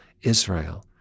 Israel